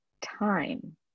time